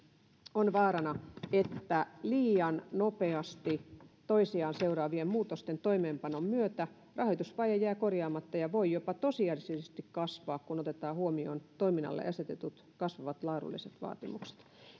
on muutoin että liian nopeasti toisiaan seuraavien muutosten toimeenpanon myötä rahoitusvaje jää korjaamatta ja voi jopa tosiasiallisesti kasvaa kun otetaan huomioon toiminnalle asetetut kasvavat laadulliset vaatimukset